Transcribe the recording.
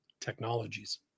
technologies